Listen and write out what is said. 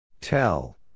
Tell